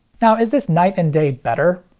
now, is this night-and-day better?